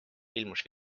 ilmus